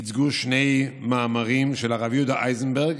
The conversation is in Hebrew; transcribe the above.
ייצגו שני מאמרים, של הרב יהודה איזנברג